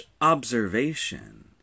observation